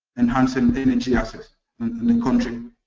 enhancing energy assets in the country.